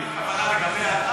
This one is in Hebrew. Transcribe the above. האם הכוונה גם לגבי,